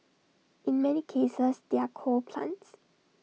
in many cases they're coal plants